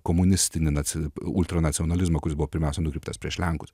komunistinį naci ultranacionalizmą kuri buvo pirmiausia nukreiptas prieš lenkus